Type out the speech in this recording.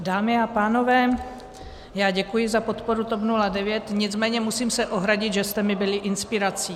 Dámy a pánové, děkuji za podporu TOP 09, nicméně se musím ohradit, že jste mi byli inspirací.